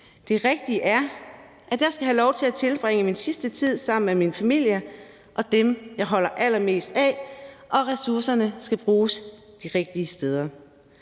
Det rigtige er, at jeg skal have lov til at tilbringe min sidste tid sammen med min familie og dem, jeg holder allermest af, og ressourcerne skal bruges de rigtige steder.